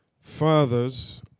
fathers